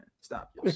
Stop